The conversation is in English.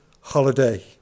holiday